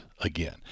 again